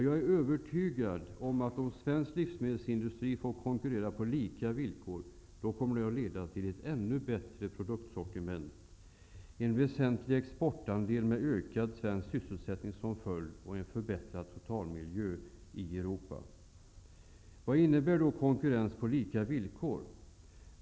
Jag är övertygad om att svensk livsmedelsindustri, om den får konkurrera på lika villkor, kommer det att leda till ett ännu bättre produktsortiment, en väsentlig exportandel med ökad svensk sysselsättning som följd och en förbättrad totalmiljö i Europa. Vad innebär då konkurrens på lika villkor?